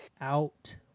out